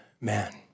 man